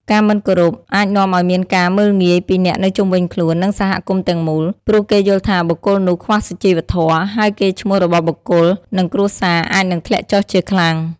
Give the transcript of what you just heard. ការមិនគោរពអាចនាំឲ្យមានការមើលងាយពីអ្នកនៅជុំវិញខ្លួននិងសហគមន៍ទាំងមូល ព្រោះគេយល់ថាបុគ្គលនោះខ្វះសុជីវធម៌ ហើយកេរ្តិ៍ឈ្មោះរបស់បុគ្គល និងគ្រួសារអាចនឹងធ្លាក់ចុះជាខ្លាំង។